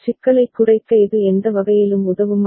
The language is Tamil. சிக்கலைக் குறைக்க இது எந்த வகையிலும் உதவுமா